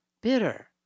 bitter